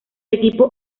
equipo